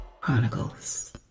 chronicles